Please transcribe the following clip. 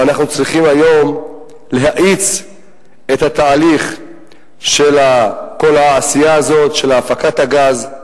ואנחנו צריכים היום להאיץ את התהליך של הפקת הגז.